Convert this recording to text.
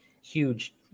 huge